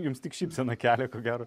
jums tik šypseną kelia ko gero